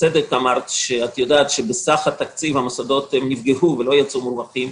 בצדק אמרת שאת יודעת שבסך התקציב המוסדות נפגעו ולא יצאו מורווחים.